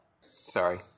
sorry